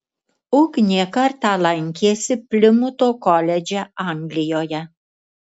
ugnė kartą lankėsi plimuto koledže anglijoje